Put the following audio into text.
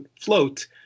float